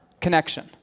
connection